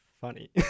funny